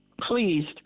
pleased